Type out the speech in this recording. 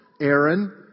Aaron